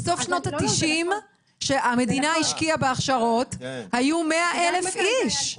בסוף שנות ה-90 שהמדינה השקיעה בהכשרות היו 100,000 איש.